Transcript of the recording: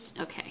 Okay